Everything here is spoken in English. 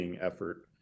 effort